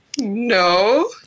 No